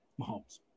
Mahomes